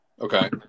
Okay